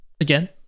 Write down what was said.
Again